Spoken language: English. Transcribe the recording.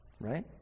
right